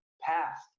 past